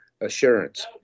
assurance